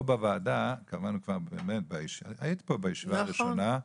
פה בוועדה, היית פה בישיבה הראשונה,